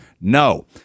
No